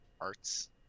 arts